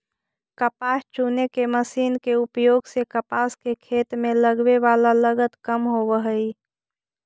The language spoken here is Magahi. कपास चुने के मशीन के उपयोग से कपास के खेत में लगवे वाला लगत कम होवऽ हई